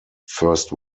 first